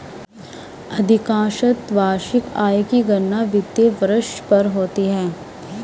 अधिकांशत वार्षिक आय की गणना वित्तीय वर्ष पर होती है